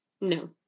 No